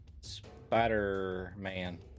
Spider-Man